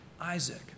Isaac